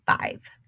five